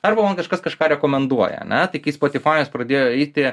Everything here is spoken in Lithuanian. arba man kažkas kažką rekomenduoja ane tai kai spotifajus pradėjo eiti